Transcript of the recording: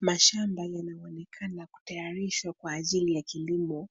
Mashamba yanaonekana kutayarishwa kwa ajili ya kilimo,